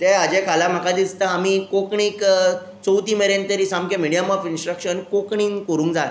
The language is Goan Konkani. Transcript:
सो त्या हाज्या खाला म्हाका दिसता कोंकणीक चवथी मेरेन तरी सामकें मिडीयम ऑफ इंन्स्ट्रक्शन कोंकणीन करूंक जाय